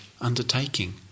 undertaking